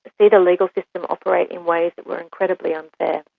the the legal system operate in ways that were incredibly unfair,